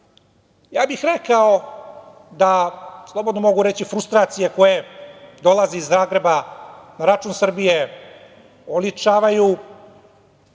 bih da, slobodno mogu reći, frustracije koje dolaze iz Zagreba na račun Srbije, oličavaju ljubomoru,